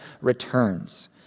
returns